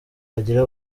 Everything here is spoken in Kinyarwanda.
bagira